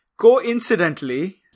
Coincidentally